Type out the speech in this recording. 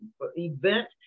event